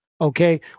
okay